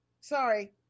Sorry